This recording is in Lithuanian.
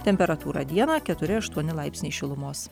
temperatūra dieną keturi aštuoni laipsniai šilumos